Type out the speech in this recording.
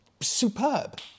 Superb